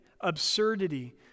absurdity